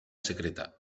secreta